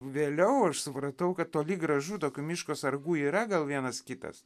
vėliau aš supratau kad toli gražu tokių miško sargų yra gal vienas kitas